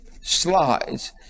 slides